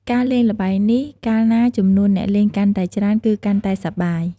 ការលេងល្បែងនេះ កាលណាចំនួនអ្នកលេងកាន់តែច្រើនគឺ កាន់តែសប្បាយ។